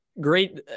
great